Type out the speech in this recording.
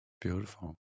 Beautiful